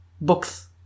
books